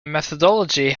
methodology